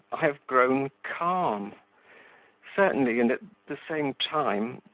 i have grown calm certainly, and at the same time.